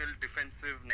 defensive